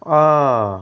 অঁ